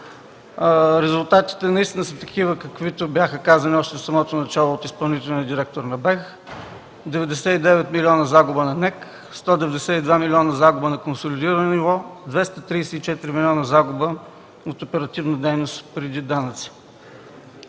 Резултатите наистина са такива, каквито бяха казани още в самото начало от изпълнителния директор на БЕХ – 99 милиона загуба на НЕК, 192 милиона загуба на консолидирано ниво, 234 милиона загуба от оперативна дейност преди